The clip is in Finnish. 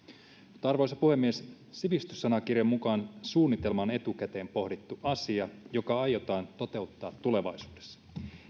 arvoisa puhemies sivistyssanakirjan mukaan suunnitelma on etukäteen pohdittu asia joka aiotaan toteuttaa tulevaisuudessa